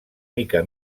mica